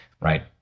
right